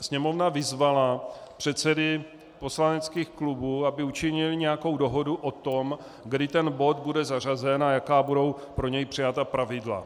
Sněmovna vyzvala předsedy poslaneckých klubů, aby učinili nějakou dohodu o tom, kdy ten bod bude zařazen a jaká pro něj budou přijata pravidla.